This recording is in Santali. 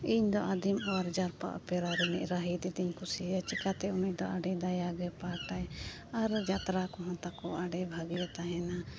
ᱤᱧ ᱫᱚ ᱟᱫᱤᱢ ᱚᱣᱟᱨ ᱡᱟᱨᱯᱟ ᱚᱯᱮᱨᱟ ᱨᱤᱱᱤᱡ ᱨᱟᱦᱤ ᱫᱤᱫᱤᱧ ᱠᱩᱥᱤᱭᱟᱭᱟ ᱪᱤᱠᱟᱹᱛᱮ ᱩᱱᱤ ᱫᱚ ᱟᱹᱰᱤ ᱫᱟᱭᱟᱜᱮ ᱯᱟᱴᱟᱭ ᱟᱨ ᱡᱟᱛᱨᱟ ᱠᱚᱦᱚᱸ ᱛᱟᱠᱚ ᱟᱹᱰᱤ ᱵᱷᱟᱹᱜᱤ ᱜᱮ ᱛᱟᱦᱮᱱᱟ